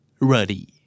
ready